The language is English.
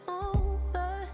over